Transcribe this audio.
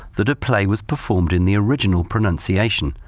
that a play was performed in the original pronunciation,